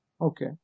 Okay